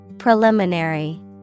Preliminary